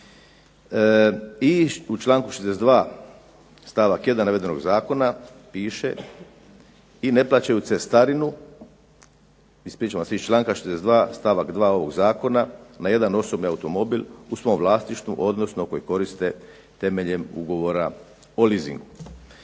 i u članku 62. stavak 1. navedenog Zakona piše i ne plaćaju cestarinu ispričavam se iz članka 62. stavak 2. ovog zakona na jedan osobni automobil u svom vlasništvu odnosno koji koriste temeljem ugovora o leasingu.